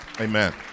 Amen